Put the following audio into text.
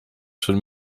schon